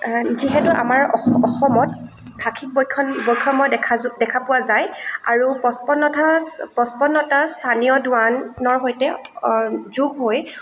যিহেতু আমাৰ অসমত ভাষিক বৈষম্য দেখা দেখা পোৱা যায় আৰু পঁচপন্নথা পঁচপন্নটা স্থানীয় দোৱানৰ সৈতে যোগ হৈ